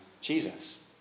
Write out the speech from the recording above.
Jesus